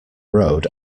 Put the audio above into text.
road